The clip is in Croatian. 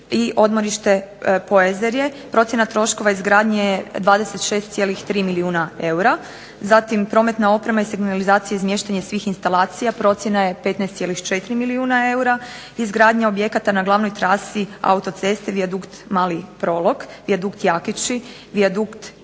odmorište Poezerje. Procjena troškova izgradnja je 26,3 milijuna eura, zatim prometne opreme, signalizacija, izmještanje svih instalacija, procjena je 15,4 milijuna eura. Izgradnja objekta na glavnoj trasi autoceste Viadukt Mali Prolog, Viadukt Jakići, Viadukt Iksili,